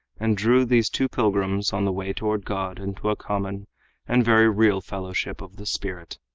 and drew these two pilgrims on the way toward god into a common and very real fellowship of the spirit.